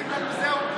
אומרים לנו: זהו,